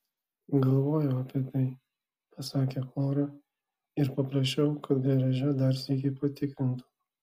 galvojau apie tai pasakė flora ir paprašiau kad garaže dar sykį patikrintų